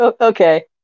okay